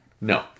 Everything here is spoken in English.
No